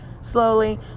slowly